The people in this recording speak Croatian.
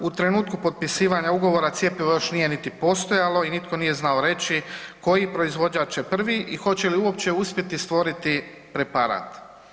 U trenutku potpisivanja ugovora cjepivo još nije niti postojalo i nitko nije znao reći koji proizvođač je prvi i hoće li uopće uspjeti stvoriti preparat.